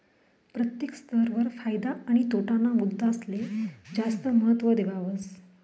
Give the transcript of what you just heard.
प्रत्येक स्तर वर फायदा आणि तोटा ना मुद्दासले जास्त महत्व देवावस